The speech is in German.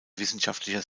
wissenschaftlicher